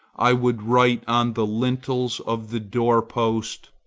i would write on the lintels of the door-post,